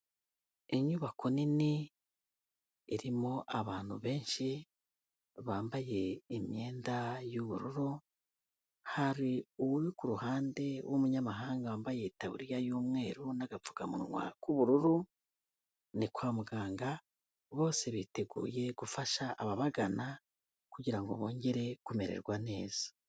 Inyubako nini irimo abantu benshi bambaye imyenda y'ubururu, hari uri ku ruhande rw'umunyamahanga wambaye itaburiya y'umweru n'agapfukamunwa k'ubururu, ni kwa muganga bose biteguye gufasha ababagana kugira ngo bongere kumererwa neza.